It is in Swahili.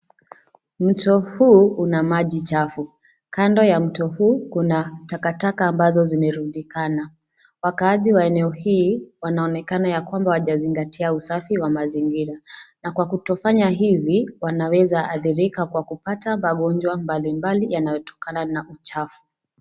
Mto huu una maji chafu. Kando ya mto huu kuna takataka ambazo zimerundikana. Wakaazi wa eneo hii wanaonekana ya kwamba hawajazinatia usafi wa mazingira. Na kwa kutofanya hivi wanaweza adhirika kwa kupata magonjwa mbali mbali yanayotokana na uchafu.